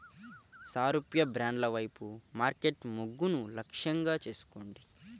సారూప్య బ్రాండ్ల వైపు మార్కెట్ మొగ్గును లక్ష్యంగా చేసుకోండి